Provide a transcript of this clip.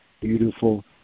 beautiful